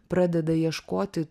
pradeda ieškoti